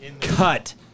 cut